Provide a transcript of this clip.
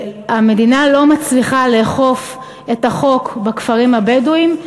המדינה לא מצליחה לאכוף את החוק בכפרים הבדואיים,